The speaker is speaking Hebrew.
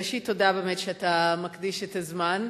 ראשית, תודה באמת שאתה מקדיש לזה זמן.